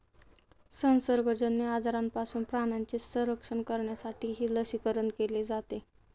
संसर्गजन्य आजारांपासून प्राण्यांचे संरक्षण करण्यासाठीही लसीकरण केले जाते